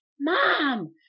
mom